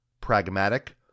pragmatic